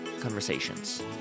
conversations